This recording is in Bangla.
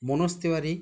মনোজ তিওয়ারি